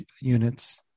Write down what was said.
units